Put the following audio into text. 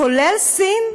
כולל סין,